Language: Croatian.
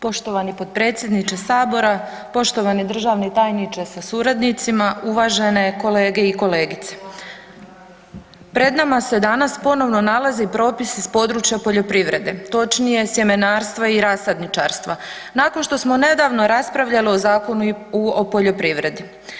Poštovani potpredsjedniče sabora, poštovani državni tajniče sa suradnicima, uvažene kolege i kolegice, pred nama se danas ponovno nalazi propis iz područja poljoprivrede točnije sjemenarstva i rasadničarstva nakon što smo nedavno raspravljali o Zakonu o poljoprivredi.